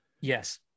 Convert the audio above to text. Yes